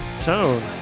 tone